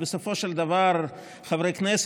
ובסופו של דבר חברי הכנסת,